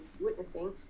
witnessing